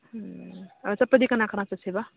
ꯎꯝ ꯆꯠꯄꯗꯤ ꯀꯅꯥ ꯀꯅꯥ ꯆꯠꯁꯦꯕ